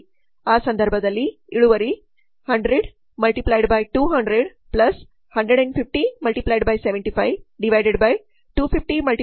ಆ ಸಂದರ್ಭದಲ್ಲಿ ಇಳುವರಿ ಇಳುವರಿ 100 × 200 150 × 75 250 × 200 62